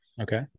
okay